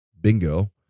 Bingo